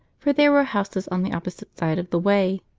for there were houses on the opposite side of the way.